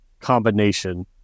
combination